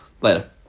Later